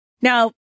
Now